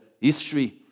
history